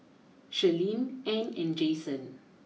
Shirleen Ann and Jasen